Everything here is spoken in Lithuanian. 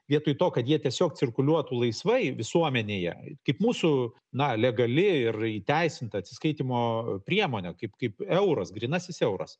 vietoj to kad jie tiesiog cirkuliuotų laisvai visuomenėje kaip mūsų na legali ir įteisinta atsiskaitymo priemonė kaip kaip euras grynasis euras